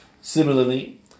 Similarly